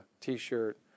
T-shirt